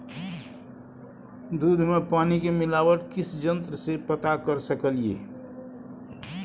दूध में पानी के मिलावट किस यंत्र से पता कर सकलिए?